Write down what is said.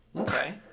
Okay